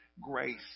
grace